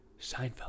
Seinfeld